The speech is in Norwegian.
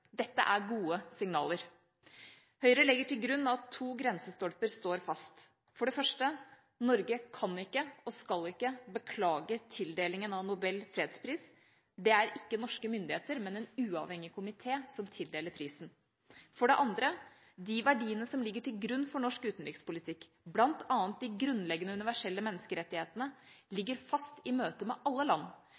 Dette er gode signaler. Høyre legger til grunn at to grensestolper står fast. For det første: Norge kan ikke og skal ikke beklage tildelingen av Nobels fredspris. Det er ikke norske myndigheter, men en uavhengig komité som tildeler prisen. For det andre: De verdiene som ligger til grunn for norsk utenrikspolitikk, bl.a. de grunnleggende universelle menneskerettighetene, ligger fast i møte med alle land,